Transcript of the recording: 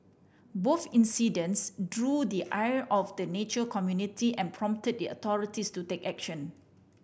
both incidents drew the ire of the nature community and prompted the authorities to take action